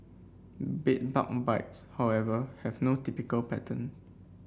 bed bug bites however have no typical pattern